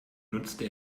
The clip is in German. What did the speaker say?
nutzte